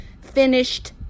finished